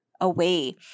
away